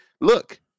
Look